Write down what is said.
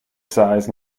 size